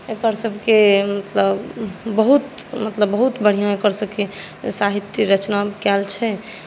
एकर सभकेँ मतलब बहुत मतलब बहुत बढ़िऑं एकर सभकेँ साहित्य रचना कयल छै